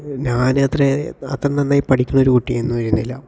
ഞാൻ അത്ര അത്ര നന്നായി പഠിക്കുന്ന ഒരു കുട്ടി ഒന്നുമായിരുന്നില്ല